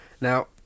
Now